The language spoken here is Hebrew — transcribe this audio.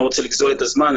אני לא רוצה לגזול את הזמן,